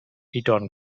eton